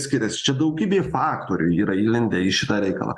skiriasi čia daugybė faktorių yra įlindę į šitą reikalą